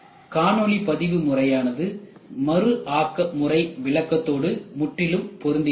காணொளி பதிவு முறையானது மறு ஆக்க முறை விளக்கத்தோடு முற்றிலும் பொருந்துகிறது